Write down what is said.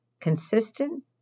consistent